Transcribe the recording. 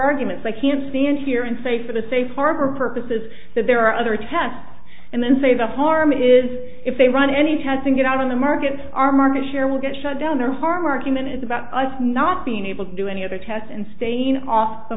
arguments i can't stand here and say for the safe harbor purposes that there are other tests and then say the harm is if they run any testing it out on the markets our market share will get shut down or harm argument is about us not being able to do any for tests and staying off the